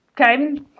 okay